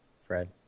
Fred